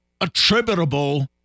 attributable